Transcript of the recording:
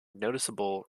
noticeable